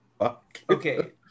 Okay